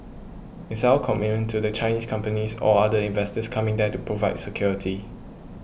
it's our commitment to the Chinese companies or other investors coming there to provide security